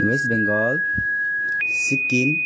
West Bengal Sikkim